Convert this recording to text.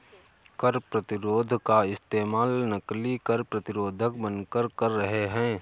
कर प्रतिरोध का इस्तेमाल नकली कर प्रतिरोधक बनकर कर रहे हैं